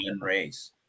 race